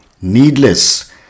Needless